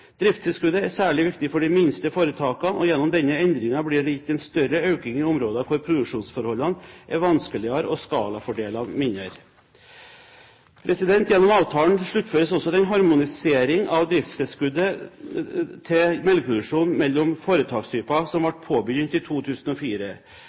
Driftstilskuddet er særlig viktig for de minste foretakene, og gjennom denne endringen blir det gitt en større økning i områder hvor produksjonsforholdene er vanskeligere og skalafordelene mindre. Gjennom avtalen sluttføres også den harmoniseringen av driftstilskuddet til melkeproduksjon mellom foretakstyper som ble